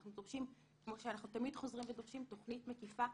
אנחנו דורשים כמו שאנחנו תמיד חוזרים ודורשים תוכנית מקיפה.